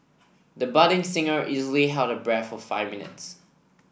the budding singer easily held her breath for five minutes